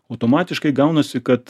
automatiškai gaunasi kad